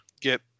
get